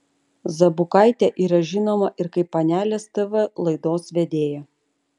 zabukaitė yra žinoma ir kaip panelės tv laidos vedėja